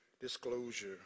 disclosure